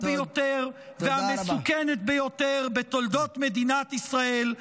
ביותר והמסוכנת ביותר בתולדות מדינת ישראל,